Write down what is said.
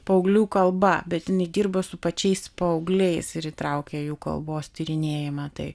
paauglių kalba bet jinai dirba su pačiais paaugliais ir įtraukia jų kalbos tyrinėjimą tai